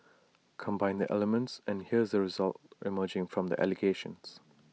combine the elements and here's the result emerging from the allegations